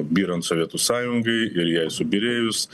byrant sovietų sąjungai ir jai subyrėjus